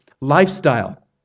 lifestyle